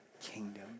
kingdom